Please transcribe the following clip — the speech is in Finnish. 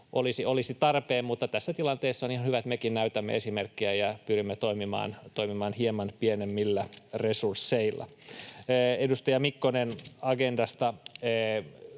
olisi tarpeen, mutta tässä tilanteessa on ihan hyvä, että mekin näytämme esimerkkiä ja pyrimme toimimaan hieman pienemmillä resursseilla. Edustaja Mikkonen, Agendasta: